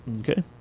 Okay